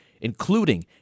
including